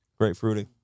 Grapefruity